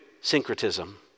Syncretism